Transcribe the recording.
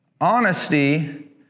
honesty